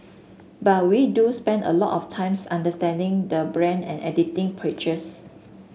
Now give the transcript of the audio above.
but we do spend a lot of times understanding the brand and editing pictures